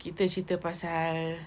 kita cerita pasal